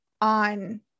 on